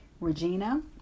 Regina